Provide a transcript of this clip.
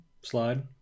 Slide